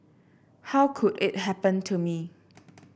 how could it happen to me